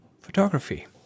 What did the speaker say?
photography